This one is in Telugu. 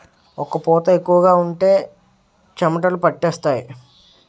ఒక్క పూత ఎక్కువగా ఉంటే చెమటలు పట్టేస్తుంటాయి